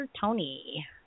Tony